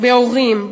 בהורים,